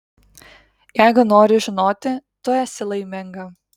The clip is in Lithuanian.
jeigu nori žinoti tu esi laiminga